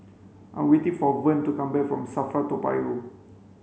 I'm waiting for Vern to come back from SAFRA Toa Payoh